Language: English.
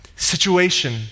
situation